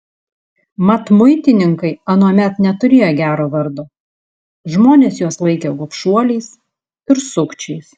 mat muitininkai anuomet neturėjo gero vardo žmonės juos laikė gobšuoliais ir sukčiais